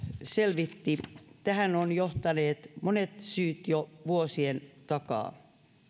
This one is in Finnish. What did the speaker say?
selvitti tähän ovat johtaneet monet syyt jo vuosien takaa